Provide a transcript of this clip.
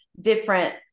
different